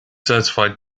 certified